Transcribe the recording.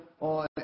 on